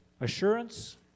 assurance